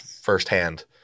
firsthand